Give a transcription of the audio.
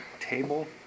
table